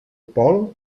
pol